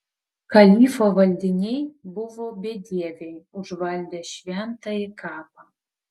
kalifo valdiniai buvo bedieviai užvaldę šventąjį kapą